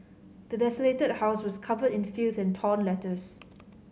the desolated house was covered in filth and torn letters